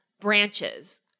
branches